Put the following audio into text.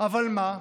אבל מה,